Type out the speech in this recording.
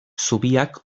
zubiak